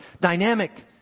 dynamic